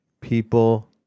people